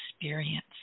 experience